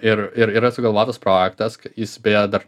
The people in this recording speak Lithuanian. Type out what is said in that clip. ir ir yra sugalvotas projektas is beje dar